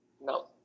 No